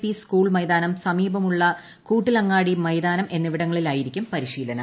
P school മൈതാനം സമീപമുള്ള കൂട്ടിലങ്ങാടി മൈതാനം എന്നിവിടങ്ങളിലായിരിക്കും പരിശീലനം